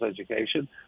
education